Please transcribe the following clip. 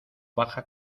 baja